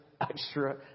extra